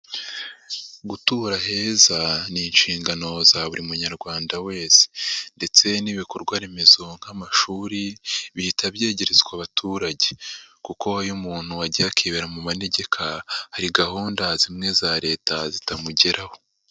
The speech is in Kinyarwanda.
Gutura heza ni inshingano za buri munyarwanda wese ndetse n'ibikorwaremezo nk'amashuri bihita byegerezwa abaturage, kuko iyo umuntu agiye akibera mu manegeka, hari gahunda zimwe za Leta zitamugeraho.